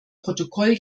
protokoll